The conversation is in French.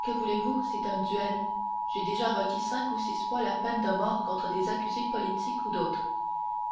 que voulez-vous c'est un duel j'ai déjà requis cinq ou six fois la peine de mort contre des accusés politiques ou autres